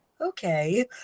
okay